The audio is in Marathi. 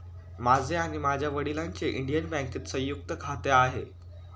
माझे आणि माझ्या वडिलांचे इंडियन बँकेत संयुक्त खाते आहे